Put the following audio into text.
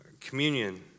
communion